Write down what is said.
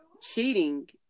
cheating